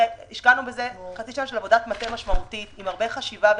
השקענו בזה חצי שנה של עבודת מטה משמעותית עם הרבה חשיבה ורגישות,